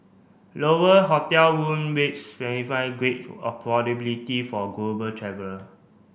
lower hotel room rates signify great affordability for global traveller